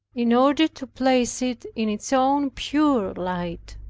in order to place it in its own pure light.